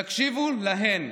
תקשיבו להן,